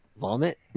Vomit